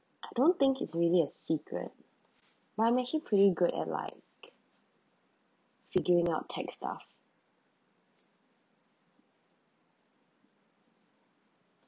I don't think it's really a secret but I'm actually pretty good at like figuring out tech stuff